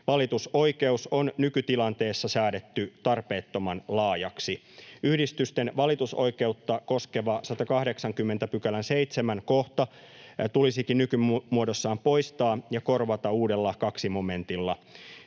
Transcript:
Valitusoikeus on nykytilanteessa säädetty tarpeettoman laajaksi. Yhdistysten valitusoikeutta koskeva 180 §:n 7 kohta tulisikin nykymuodossaan poistaa ja korvata uudella 2 momentilla.